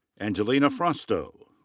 angelina frausto.